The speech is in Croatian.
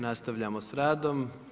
Nastavljamo s radom.